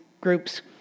groups